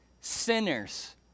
sinners